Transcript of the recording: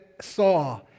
saw